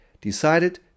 decided